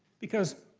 because.